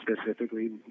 specifically